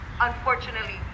unfortunately